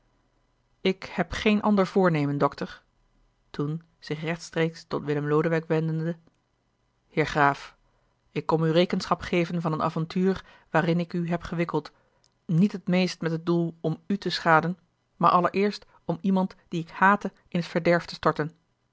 ik heb geen ander voornemen dokter toen zich rechtstreeks tot willem lodewijk wendende heer graaf ik kom u rekenschap geven van een avontuur waarin ik u heb gewikkeld niet het meest met het doel om u te schaden maar allereerst om iemand dien ik haatte in t verderf te storten